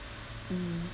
mm